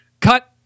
cut